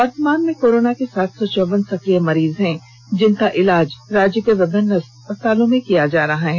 वर्तमान में कारोना के सात सौ चौवन सक्रिय मरीज हैं जिनका इलाज राज्य के विभिन्न अस्पतालों में किया जा रहा है